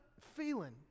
feeling